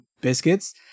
biscuits